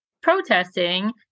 protesting